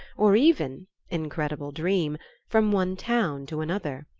or even incredible dream from one town to another.